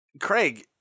Craig